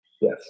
Yes